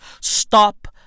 Stop